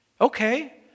Okay